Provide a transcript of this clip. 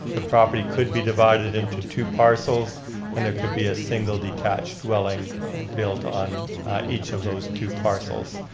the property could be divided into two parcels and there could be a single detail dwelling built on each of those two parcels.